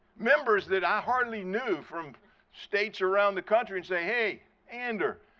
members that i hardly knew from states around the country and say, hey, ander,